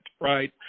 right